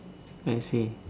I see